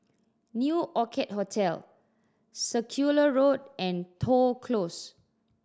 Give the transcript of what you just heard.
New Orchid Hotel Circular Road and Toh Close